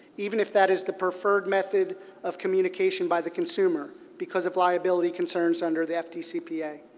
even if that is the preferred method of communication by the consumer, because of liability concerns under the fdcpa.